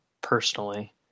personally